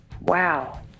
wow